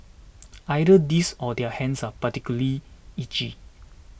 either this or their hands are perpetually itchy